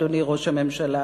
אדוני ראש הממשלה,